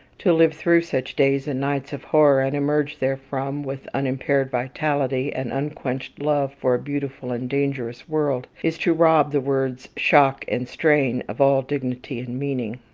to live through such days and nights of horror, and emerge therefrom with unimpaired vitality, and unquenched love for a beautiful and dangerous world, is to rob the words shock and strain of all dignity and meaning.